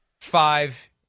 five